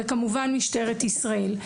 וכמובן משטרת ישראל.